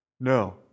No